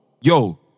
Yo